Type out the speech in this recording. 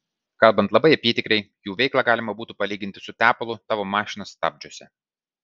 kalbant labai apytikriai jų veiklą galima būtų palyginti su tepalu tavo mašinos stabdžiuose